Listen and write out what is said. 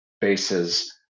bases